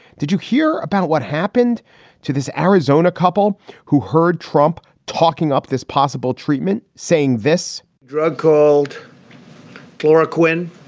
did you hear about what happened to this arizona couple who heard trump talking up this possible treatment, saying this drug called chloroquine?